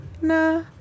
Nah